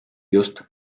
just